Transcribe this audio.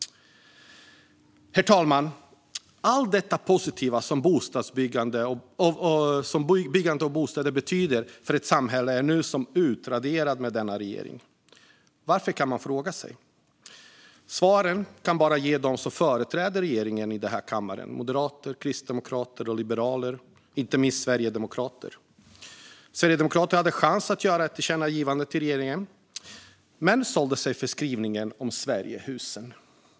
Herr talman! Allt det positiva som bostadsbyggande betyder för ett samhälle är utraderat av denna regering. Man kan fråga sig varför. Svaren kan bara ges av dem i denna kammare som företräder regeringen: moderater, kristdemokrater, liberaler och inte minst sverigedemokrater. Sverigedemokraterna hade en chans att göra ett tillkännagivande till regeringen, men de sålde sig för skrivningen om Sverigehuset.